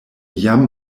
jam